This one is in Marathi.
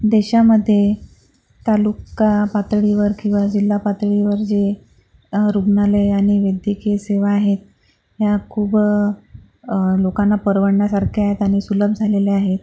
देशामध्ये तालुका पातळीवर किंवा जिल्हा पातळीवर जे रुग्णालय आणि वैद्यकीय सेवा आहेत ह्या खूप लोकांना परवडण्यासारख्या आहे आणि सुलभ झालेल्या आहेत